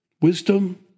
wisdom